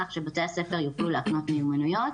כך שבתי הספר יוכלו להקנות מיומנויות.